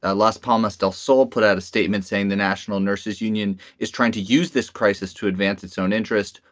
ah las palmas del sol put out a statement saying the national nurses union is trying to use this crisis to advance its own interests,